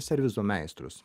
serviso meistrus